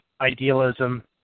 idealism